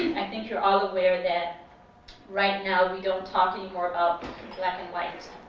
i think you're all aware that right now we don't talk anymore about black and white.